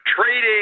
trading